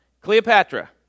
Cleopatra